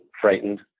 frightened